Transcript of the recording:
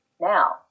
now